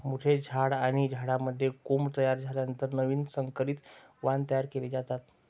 मोठ्या झाडे आणि झाडांमध्ये कोंब तयार झाल्यानंतर नवीन संकरित वाण तयार केले जातात